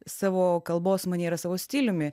savo kalbos maniera savo stiliumi